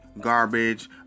garbage